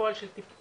בפועל של טיפול,